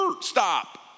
stop